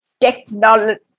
technology